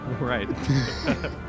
Right